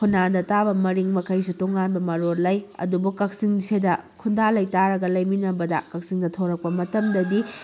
ꯐꯨꯅꯥꯟꯗ ꯇꯥꯕ ꯃꯔꯤꯡ ꯃꯈꯩꯁꯨ ꯇꯣꯡꯉꯥꯟꯕ ꯃꯔꯣꯟ ꯂꯩ ꯑꯗꯨꯕꯨ ꯀꯛꯆꯤꯡꯁꯤꯗ ꯈꯨꯟꯗꯥ ꯂꯩꯇꯥꯔ ꯂꯩꯃꯤꯟꯅꯕꯗ ꯀꯛꯆꯤꯡꯗ ꯊꯣꯔꯛꯄ ꯃꯇꯝꯗꯗꯤ